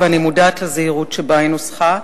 ואני מודעת לזהירות שבה היא נוסחה,